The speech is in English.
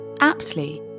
Aptly